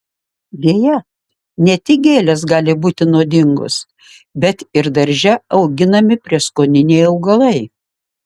deja ne tik gėlės gali būti nuodingos bet ir darže auginami prieskoniniai augalai